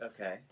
Okay